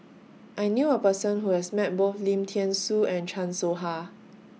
I knew A Person Who has Met Both Lim Thean Soo and Chan Soh Ha